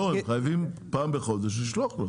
לא, חייבים פעם בחודש לשלוח לו.